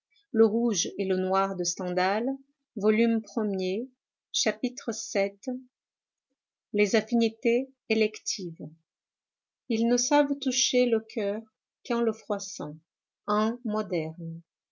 chapitre vii les affinités électives ils ne savent toucher le coeur qu'en le froissant un moderne